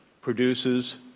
produces